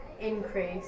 increase